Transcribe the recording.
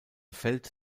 feld